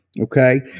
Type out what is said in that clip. okay